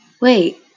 Wait